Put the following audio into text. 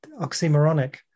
oxymoronic